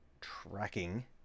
tracking